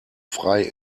frei